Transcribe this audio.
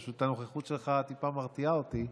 פשוט הנוכחות שלך טיפה מרתיעה אותי,